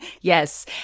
yes